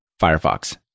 Firefox